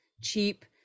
cheap